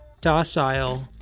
docile